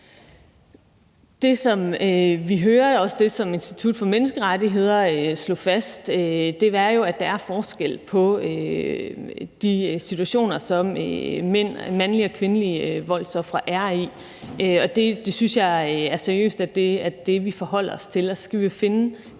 det er også det, som Institut for Menneskerettigheder slog fast – er jo, at der er forskel på de situationer, som mandlige og kvindelige voldsofre er i. Og jeg synes, det er seriøst, at det er det, vi forholder os til,